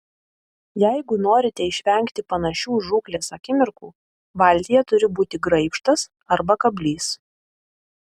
jeigu norite išvengti panašių žūklės akimirkų valtyje turi būti graibštas arba kablys